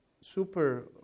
super